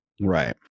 Right